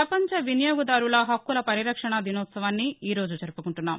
ప్రపంచ వినియోగదారుల హక్కుల పరిరక్షణ దినోత్సవాన్ని ఈ రోజు జరుపుకుంటున్నాం